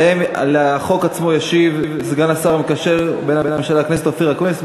על החוק ישיב סגן השר המקשר בין הממשלה לכנסת אופיר אקוניס.